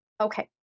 Okay